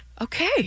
Okay